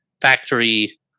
factory